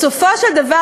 בסופו של דבר,